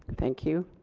thank you.